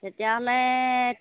তেতিয়াহ'লে